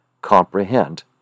comprehend